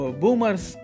boomers